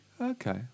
Okay